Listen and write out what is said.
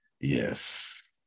yes